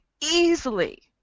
easily